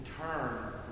turn